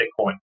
Bitcoin